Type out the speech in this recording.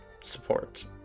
support